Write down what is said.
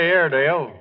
Airedale